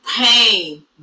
pain